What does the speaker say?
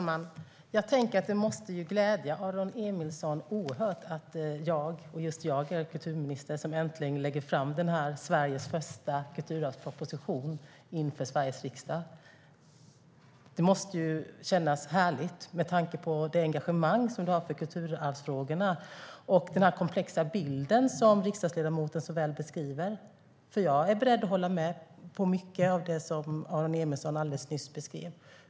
Herr talman! Tänk, det måste glädja Aron Emilsson oerhört att just jag är den kulturminister som äntligen lägger fram Sveriges första kulturarvsproposition inför Sveriges riksdag. Det måste kännas härligt med tanke på det engagemang som du har för kulturarvsfrågorna och den komplexa bild som riksdagsledamoten så väl beskriver. Jag är beredd att hålla med om mycket av det som Aron Emilsson alldeles nyss beskrev.